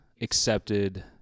accepted